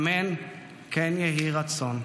אמן כן יהי רצון.